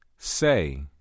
Say